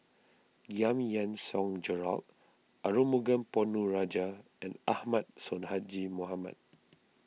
Giam Yean Song Gerald Arumugam Ponnu Rajah and Ahmad Sonhadji Mohamad